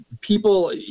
People